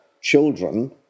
children